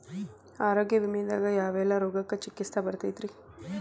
ಆರೋಗ್ಯ ವಿಮೆದಾಗ ಯಾವೆಲ್ಲ ರೋಗಕ್ಕ ಚಿಕಿತ್ಸಿ ಬರ್ತೈತ್ರಿ?